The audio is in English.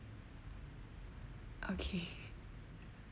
okay